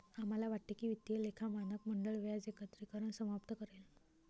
आम्हाला वाटते की वित्तीय लेखा मानक मंडळ व्याज एकत्रीकरण समाप्त करेल